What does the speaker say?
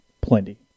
plenty